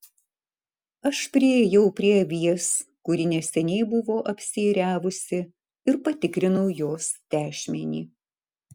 aš priėjau prie avies kuri neseniai buvo apsiėriavusi ir patikrinau jos tešmenį